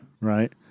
Right